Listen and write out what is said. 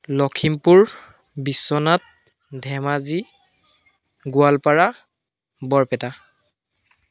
Lakhimpur Biswanath Dhemaji Goalpara Barpeta